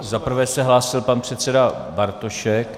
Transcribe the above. Za prvé se hlásil pan předseda Bartošek.